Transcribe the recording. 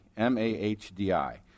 M-A-H-D-I